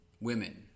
women